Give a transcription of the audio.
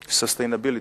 sustainability,